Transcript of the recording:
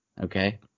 Okay